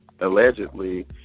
allegedly